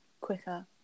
quicker